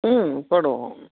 ம் போடுவோம்